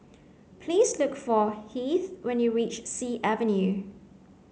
please look for Heath when you reach Sea Avenue